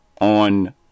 on